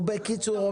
בקיצור,